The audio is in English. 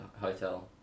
hotel